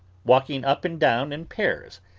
walking up and down in pairs,